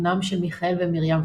בנם של מיכאל ומרים פישר.